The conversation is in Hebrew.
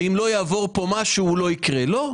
שאם לא יעבור פה משהו הוא לא יקרה, לא.